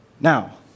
Now